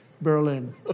Berlin